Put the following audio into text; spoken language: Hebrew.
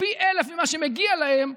פי אלף ממה שמגיע להם.